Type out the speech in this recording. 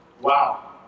Wow